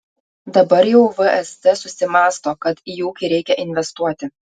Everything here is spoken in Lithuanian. dabar jau vst susimąsto kad į ūkį reikia investuoti